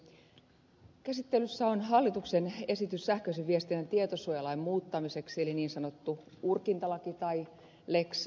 käsittelyssä on hallituksen esitys sähköisen viestinnän tietosuojalain muuttamiseksi eli niin sanottu urkintalaki tai lex nokia